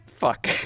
Fuck